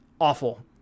awful